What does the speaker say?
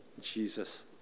Jesus